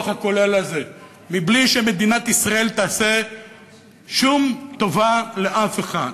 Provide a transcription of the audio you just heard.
הכולל הזה מבלי שמדינת ישראל תעשה שום טובה לאף אחד.